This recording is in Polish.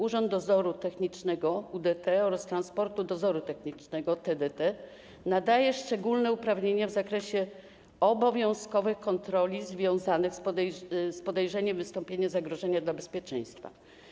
Urząd Dozoru Technicznego (UDT) oraz Transportowy Dozór Techniczny (TDT) nadają szczególne uprawnienia w zakresie obowiązkowych kontroli związanych z podejrzeniem wystąpienia zagrożenia dla bezpieczeństwa.